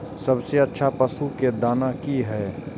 सबसे अच्छा पशु के दाना की हय?